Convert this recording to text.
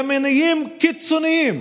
ימנים קיצוניים,